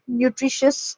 nutritious